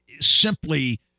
simply